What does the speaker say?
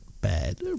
bad